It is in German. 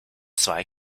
zwei